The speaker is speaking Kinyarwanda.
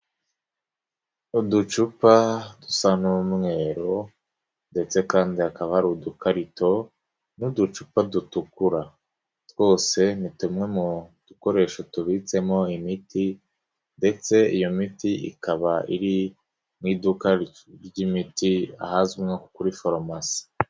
Uducupa dusa n'umweru ndetse kandi hakaba hari udukarito n'uducupa dutukura, twose ni tumwe mu dukoresho tubitsemo imiti ndetse iyo miti ikaba iri mu iduka ry'imiti ahazwi nko kuri farumasi.